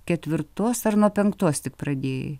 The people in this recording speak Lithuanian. ketvirtos ar nuo penktos tik pradėjai